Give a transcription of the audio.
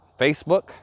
Facebook